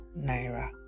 naira